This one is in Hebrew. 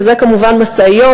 שזה כמובן משאיות,